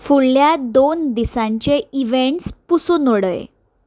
फुडल्या दोन दिसांचे इवँट्स पुसून उडय